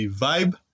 vibe